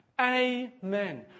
Amen